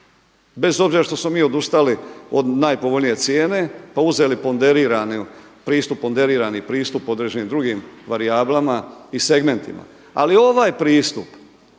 bez obzira što smo mi odustali od najpovoljnije cijene pa uzeli ponderirani pristup određenim drugim varijablama i segmentima. Ali ovaj pristup